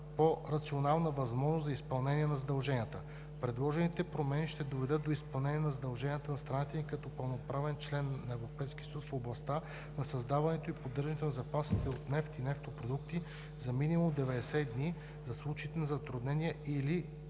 по-рационална възможност за изпълнение на задълженията. Предложените промени ще доведат до изпълнение на задълженията на страната ни като пълноправен член на Европейския съюз, в областта на създаването и поддържането на запаси от нефт и нефтопродукти за минимум 90 дни, за случаите на затруднения и/или